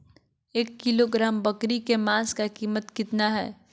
एक किलोग्राम बकरी के मांस का कीमत कितना है?